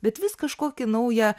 bet vis kažkokį naują